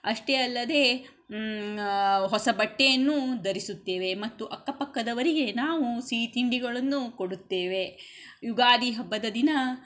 ಅಷ್ಟೇ ಅಲ್ಲದೇ ಹೊಸ ಬಟ್ಟೆಯನ್ನೂ ಧರಿಸುತ್ತೇವೆ ಮತ್ತು ಅಕ್ಕಪಕ್ಕದವರಿಗೆ ನಾವು ಸಿಹಿ ತಿಂಡಿಗಳನ್ನು ಕೊಡುತ್ತೇವೆ ಯುಗಾದಿ ಹಬ್ಬದ ದಿನ